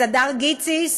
אז הדר גיציס,